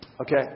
Okay